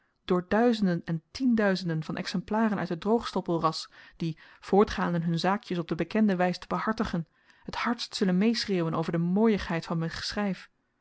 door duizenden en tienduizenden van exemplaren uit het droogstoppelras die voortgaande hun zaakjes op de bekende wys te behartigen t hardst zullen meeschreeuwen over de mooijigheid van